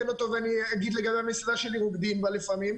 במסעדה שלי רוקדים לפעמים,